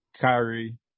Kyrie